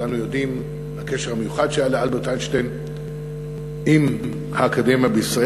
כולנו יודעים על הקשר המיוחד שהיה לאלברט איינשטיין עם האקדמיה בישראל.